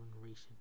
generation